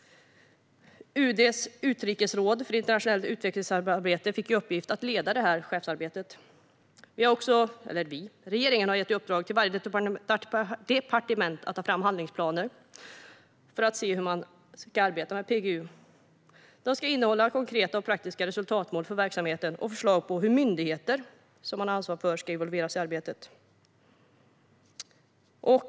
UD:s utrikesråd för internationellt utvecklingssamarbete fick i uppgift att leda chefsarbetet. Regeringen har också gett varje departement i uppdrag att ta fram handlingsplaner för att se hur man ska arbeta med PGU. De ska innehålla konkreta och praktiska resultatmål för verksamheten och förslag på hur myndigheter som man har ansvar för ska involveras i arbetet.